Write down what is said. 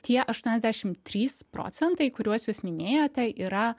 tie aštuoniasdešim trys procentai kuriuos jūs minėjote yra